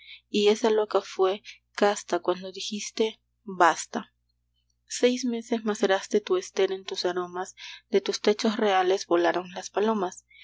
de la luz y esa loca fué casta cuando dijiste basta seis meses maceraste tu ester en tus aromas de tus techos reales volaron las palomas